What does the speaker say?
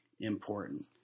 important